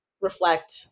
reflect